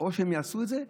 או שהם יעשו את זה,